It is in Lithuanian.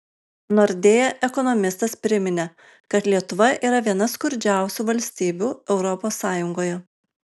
nordea ekonomistas priminė kad lietuva yra viena skurdžiausių valstybių europos sąjungoje